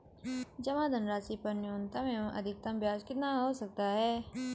जमा धनराशि पर न्यूनतम एवं अधिकतम ब्याज कितना हो सकता है?